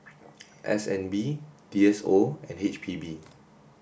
S N B D S O and H P B